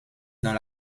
dans